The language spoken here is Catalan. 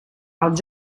als